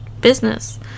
business